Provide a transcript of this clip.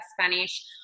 Spanish